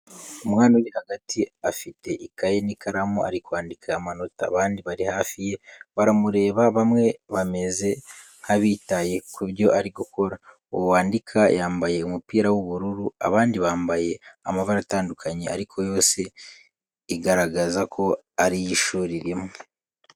Umwana uri hagati afite ikaye n’ikaramu ari kwandika amanota. Abandi bari hafi ye baramureba, bamwe bameze nk’abitaye ku byo ari gukora. Uwo wandika yambaye umupira w'ubururu, abandi bambaye amabara atandukanye ariko yose igaragaza ko ari iy'ishuri rimwe.